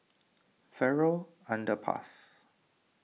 Farrer Underpass